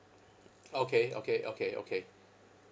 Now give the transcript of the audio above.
okay okay okay okay